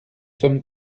sommes